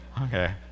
Okay